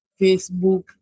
Facebook